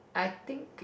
I think